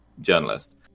journalist